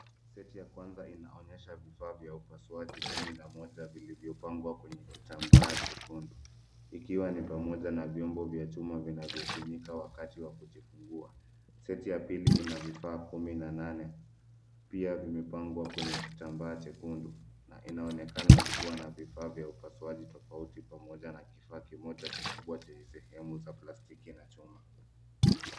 Seti ya kwanza inaonyesha vifaa vya upasuaji kumi na moja vilivyopangwa kwenye kitambaa jekundu, ikiwa ni pamoja na vyombo vya chuma vinavyotumika wakati wa kujifungua. Seti ya pili ina vifaa kumi na nane, pia vimepangwa kwenye kitambaa jekundu na inaonekana kuwa na vifaa vya upasuaji tofauti pamoja na kifaa kimoja kikubwa chenye sehemu za plastiki na chuma.